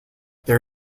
there